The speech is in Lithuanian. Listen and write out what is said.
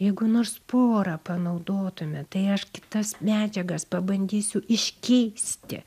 jeigu nors porą panaudotume tai aš kitas medžiagas pabandysiu iškeisti